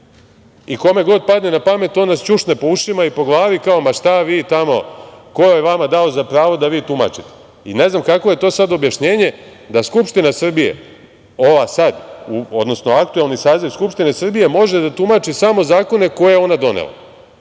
I kome god padne na pamet on nas ćušne po ušima i po glavi, kao – ma, šta vi tamo, ko je vama dao za pravo da vi tumačite. Ne znam kakvo je ti sad objašnjenje da Skupština Srbije, ova sad, odnosno aktuelni saziv Skupštine Srbije može da tumači samo zakone koje je ona donela.